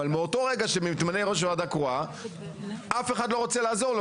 אבל מאותו רגע שמתמנה יושב ראש ועדה קרואה אף אחד לא רוצה לעזור לו